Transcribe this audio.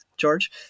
George